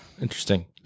interesting